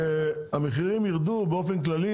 כשהמחירים ירדו באופן כללי,